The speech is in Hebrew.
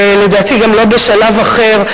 ולדעתי גם לא בשלב אחר.